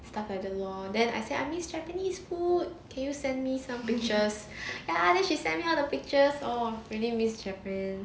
stuff like that lor then I said I miss japanese food can you send me some pictures ya then she send me all pictures oh really miss japan